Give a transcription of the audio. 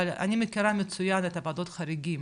אבל אני מכירה מצוין את ועדות החריגים